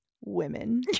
women